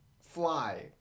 Fly